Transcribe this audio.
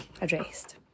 addressed